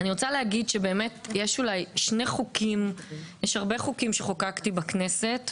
יש אולי שני חוקים יש הרבה חוקים שחוקקתי בכנסת,